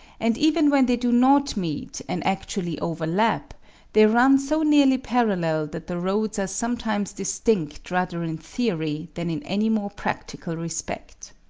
and even when they do not meet and actually overlap they run so nearly parallel that the roads are sometimes distinct rather in theory than in any more practical respect.